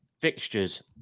fixtures